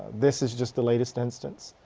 this is just the latest instance.